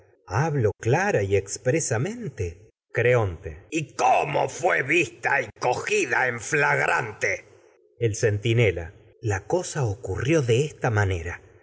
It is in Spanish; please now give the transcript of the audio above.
hablo clara y expresamente creonte y cómo fué vista el y cogida de en flagrante manera centinela la cosa ocurrió esta